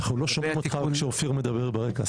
אנחנו לא שומעים אותך כשאופיר מדבר ברקע.